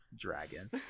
dragon